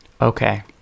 Okay